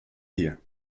here